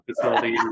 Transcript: facility